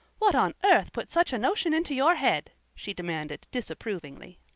what on earth put such a notion into your head? she demanded disapprovingly.